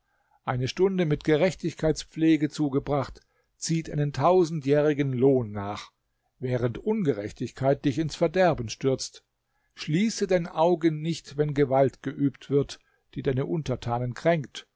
eine stunde mit gerechtigkeitspflege zugebracht zieht einen tausendjährigen lohn nach während ungerechtigkeit dich ins verderben stürzt schließe dein auge nicht wenn gewalt geübt wird die deine untertanen kränkt